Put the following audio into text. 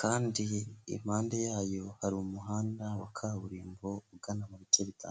kandi impande yayo hari umuhanda wa kaburimbo ugana mu bice bitandukanye.